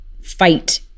fight